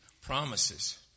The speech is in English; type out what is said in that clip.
promises